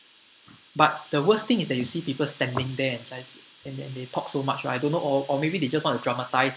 but the worst thing is that you see people standing there in that and then they talk so much I don't know or or maybe they just want to dramatise